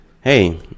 Hey